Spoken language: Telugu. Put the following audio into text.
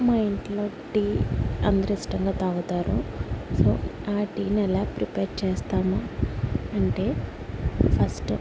మా ఇంట్లో టీ అందరిష్టంగా తాగుతారు సో ఆ టీని ఎలా ప్రిపేర్ చేస్తామో అంటే ఫస్ట్